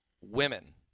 women